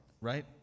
right